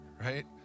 right